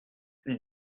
dis